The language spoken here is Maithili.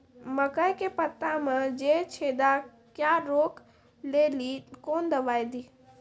मकई के पता मे जे छेदा क्या रोक ले ली कौन दवाई दी?